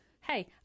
hey –